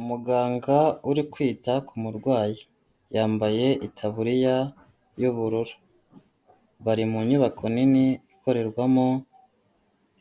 Umuganga uri kwita ku murwayi, yambaye itaburiya y'ubururu, bari mu nyubako nini ikorerwamo